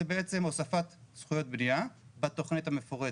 זה בעצם הוספת זכויות בנייה בתכנית המפורטת.